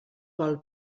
vol